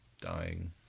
dying